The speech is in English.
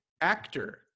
actor